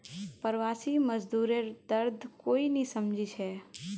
प्रवासी मजदूरेर दर्द कोई नी समझे छे